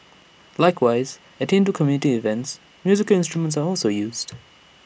likewise at Hindu community events musical instruments are also used